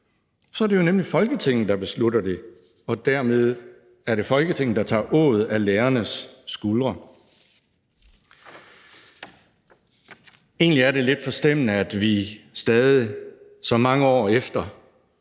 Så er det jo nemlig Folketinget, der beslutter det, og dermed er det Folketinget, der tager åget af lærernes skuldre. Egentlig er det lidt forstemmende, at vi stadig så mange år efter